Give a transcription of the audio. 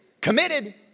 committed